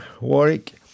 Warwick